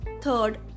Third